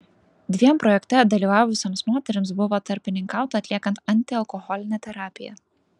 dviem projekte dalyvavusioms moterims buvo tarpininkauta atliekant antialkoholinę terapiją